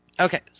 Okay